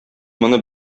моны